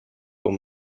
aux